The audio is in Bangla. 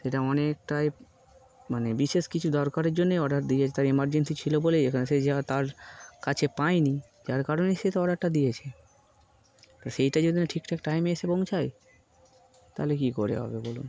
সেটা অনেকটাই মানে বিশেষ কিছু দরকারের জন্যই অর্ডার দিয়েছে তার এমার্জেন্সি ছিল বলেই যেখানে সে যা তার কাছে পায়নি যার কারণেই সেো অর্ডারটা দিয়েছে তো সেইটা যদি না ঠিক ঠাক টাইমে এসে পৌঁছায় তাহলে কী করে হবে বলুন